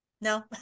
No